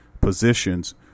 positions